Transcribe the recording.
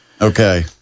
Okay